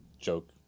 joke